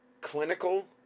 clinical